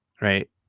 right